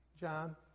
John